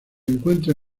encuentra